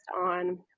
on